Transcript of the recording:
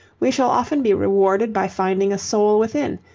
we shall often be rewarded by finding a soul within,